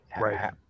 Right